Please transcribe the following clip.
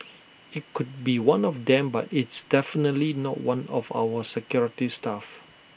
IT could be one of them but it's definitely not one of our security staff